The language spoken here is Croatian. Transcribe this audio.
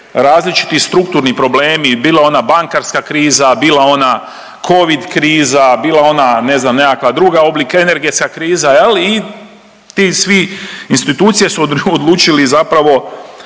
različiti strukturni problemi bila ona bankarska kriza, bila ona covid kriza, bila ona ne znam nekakva druga oblik energetska kriza i ti svi institucije su odlučili i kroz